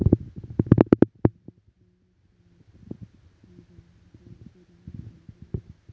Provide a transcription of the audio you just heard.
anthracnose ही झाडांच्या मुख्य रोगांपैकी एक हा